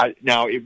Now